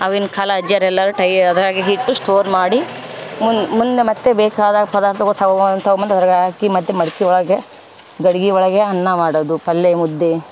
ಆವಗಿನ ಕಾಲ ಅಜ್ಜಿಯರು ಎಲ್ಲರು ಟೈ ಅದ್ರಾಗೆ ಹಿಟ್ಟು ಸ್ಟೋರ್ ಮಾಡಿ ಮುನ್ನ ಮುಂದೆ ಮತ್ತು ಬೇಕಾದ ಪದಾರ್ಥಗೊಳ್ ತಗೋತವ್ ತಗೋಬಂದ್ ಅದ್ರಾಗೆ ಹಾಕಿ ಮತ್ತು ಮಡಿಕೆ ಒಳಗೆ ಗಡಿಗೆ ಒಳಗೆ ಅನ್ನ ಮಾಡೋದು ಪಲ್ಲೆ ಮುದ್ದೆ